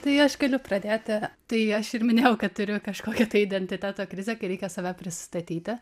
tai aš galiu pradėti tai aš ir minėjau kad turiu kažkokią identiteto krizę kai reikia save prisistatyti